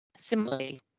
Similarly